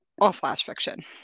all-flash-fiction